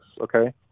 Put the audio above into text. okay